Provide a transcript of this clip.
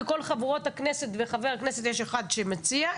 כל חברות הכנסת וחבר הכנסת אחד שמציע,